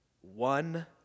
one